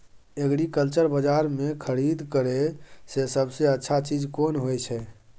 Agriculture बाजार में खरीद करे से सबसे अच्छा चीज कोन होय छै?